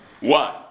one